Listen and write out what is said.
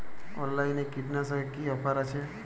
অনলাইনে কীটনাশকে কি অফার আছে?